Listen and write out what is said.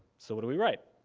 so, what do we write?